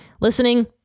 listening